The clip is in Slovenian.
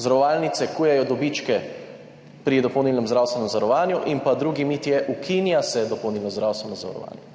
zavarovalnice kujejo dobičke pri dopolnilnem zdravstvenem zavarovanju, in drugi mit je, ukinja se dopolnilno zdravstveno zavarovanje.